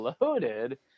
loaded